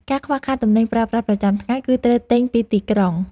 ការខ្វះខាតទំនិញប្រើប្រាស់ប្រចាំថ្ងៃ គឺត្រូវទិញពីទីក្រុង។